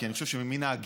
כי אני חושב שמן ההגינות,